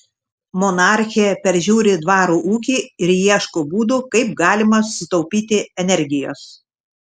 monarchė peržiūri dvaro ūkį ir ieško būdų kaip galima sutaupyti energijos